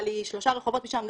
אבל היא שלושה רחובות משם,